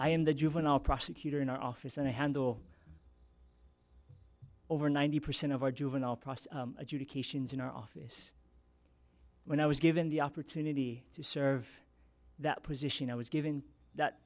i am the juvenile prosecutor in our office and i handle over ninety percent of our juvenile process adjudications in our office when i was given the opportunity to serve that position i was given that